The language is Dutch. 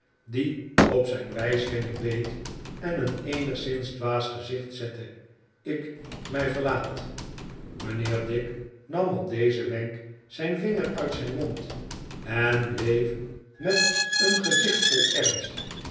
die op zijn wijsvinger beet en een eenigsziiis dwaas gezicht zette ik mij verlaat mijnheer dick nam op dezen wenk zijn vinger uit zijn mond en bleef met een gezicht vol ernst